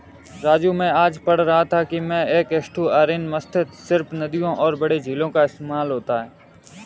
राजू मैं आज पढ़ रहा था कि में एस्टुअरीन मत्स्य सिर्फ नदियों और बड़े झीलों का इस्तेमाल होता है